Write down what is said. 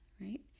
right